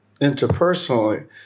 interpersonally